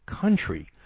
country